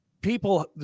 people